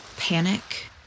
Panic